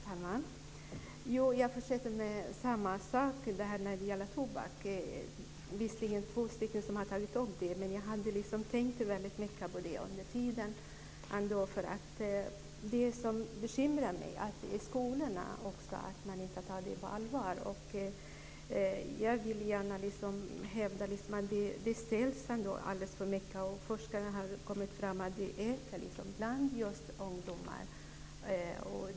Fru talman! Jag fortsätter med samma sak. Det gäller tobak. Det är visserligen två stycken som har tagit upp detta, men jag har tänkt väldigt mycket på det här under tiden. Det som bekymrar mig är att man inte tar rökningen på allvar i skolorna. Jag vill gärna hävda att det säljs alldeles för mycket tobak, och att forskarna har kommit fram till att rökningen ökar bland ungdomar.